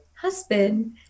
husband